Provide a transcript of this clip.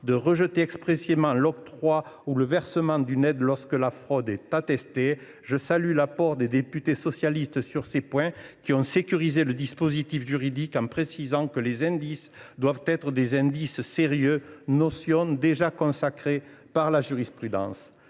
de rejeter expressément l’octroi ou le versement d’une aide lorsque la fraude est avérée. Je salue l’apport des députés socialistes sur ces points, qui ont sécurisé le dispositif juridique en précisant que les indices doivent être « sérieux », notion déjà consacrée par la jurisprudence.